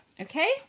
Okay